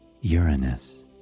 Uranus